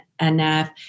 enough